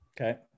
Okay